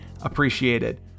appreciated